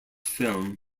film